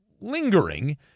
lingering